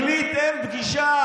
החליט שאין פגישה.